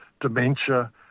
dementia